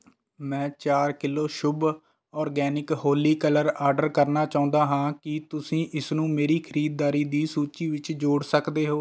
ਮੈਂ ਚਾਰ ਕਿਲੋ ਸ਼ੁਭ ਔਰਗੈਨਿਕ ਹੋਲੀ ਕਲਰ ਆਰਡਰ ਕਰਨਾ ਚਾਹੁੰਦਾ ਹਾਂ ਕੀ ਤੁਸੀਂ ਇਸਨੂੰ ਮੇਰੀ ਖਰੀਦਾਰੀ ਦੀ ਸੂਚੀ ਵਿੱਚ ਜੋੜ ਸਕਦੇ ਹੋ